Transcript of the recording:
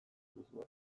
duzue